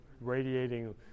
radiating